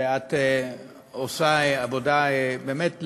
ואת עושה עבודה באמת,